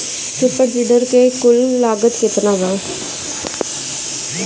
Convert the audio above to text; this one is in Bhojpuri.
सुपर सीडर के कुल लागत केतना बा?